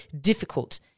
difficult